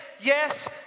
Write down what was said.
yes